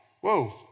Whoa